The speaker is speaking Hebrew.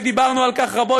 ודיברנו על כך רבות,